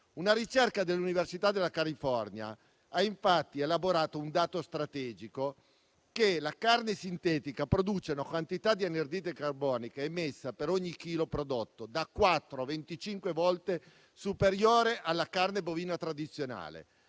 Una ricerca dell'università della California ha infatti elaborato un dato statistico, secondo cui la carne sintetica produce una quantità di anidride carbonica, emessa per ogni chilogrammo prodotto, da 4 a 25 volte superiore alla carne bovina tradizionale.